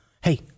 hey